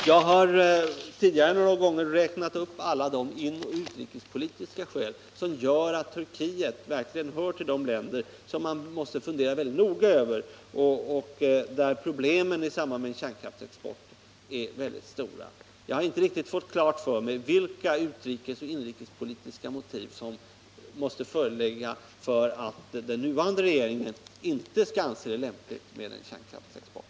Jag har tidigare några gånger räknat upp alla de inrikesoch utrikespolitiska skäl som gör att Turkiet verkligen hör till de länder som man måste fundera mycket noga över och där problemen i samband med en kärnkraftsexport är mycket stora. Jag har inte fått riktigt klart för mig vilka inrikesoch utrikespolitiska motiv som måste föreligga för att den nuvarande regeringen inte skall anse det lämpligt med en kärnkraftsexport.